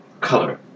Color